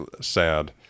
sad